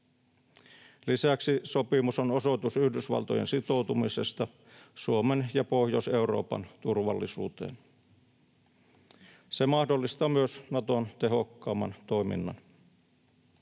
Lisäksi sopimus on osoitus Yhdysvaltojen sitoutumisesta Suomen ja Pohjois-Euroopan turvallisuuteen. Se mahdollistaa myös Naton tehokkaamman toiminnan.